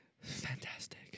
Fantastic